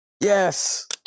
Yes